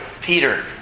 Peter